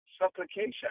supplication